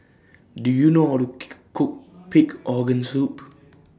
Do YOU know How to Cook Pig Organ Soup